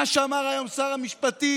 מה שאמר היום שר המשפטים,